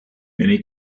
many